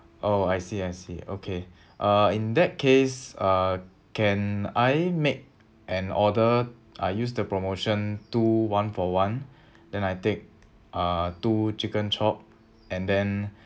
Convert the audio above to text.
oh I see I see okay uh in that case uh can I make an order I use the promotion two one for one then I take uh two chicken chop and then